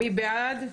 הצבעה בעד,